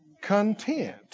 content